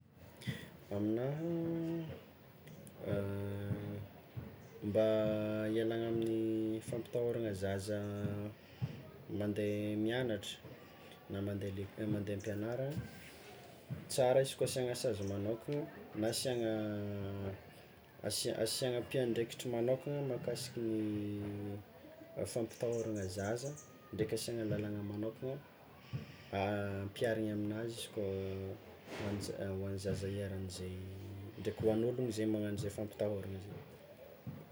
Aminaha mba hialagna amin'ny fampitahôrana zaza mande miagnatra na mande le- na mande ampianarana, tsara izy koa asiàgna sazy magnokana na asiàgna asi- asiàgna mpiandraikitry magnokana mahakasiky ny a fampitahôrana zaza ndraiky asiàgna lalàna magnokana ampiariny aminazy izy koa mani- hoan'ny zaza iharan'izay ndraiky hoan'ologno izay magnagno zay fampitahorana zay.